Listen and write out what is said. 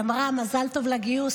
היא אמרה מזל טוב על הגיוס,